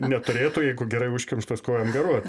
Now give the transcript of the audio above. neturėtų jeigu gerai užkimštas ko jam garuot